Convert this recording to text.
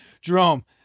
Jerome